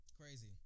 Crazy